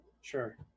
sure